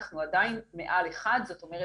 אנחנו עדיין מעל 1 זאת אומרת,